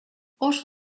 oso